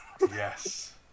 Yes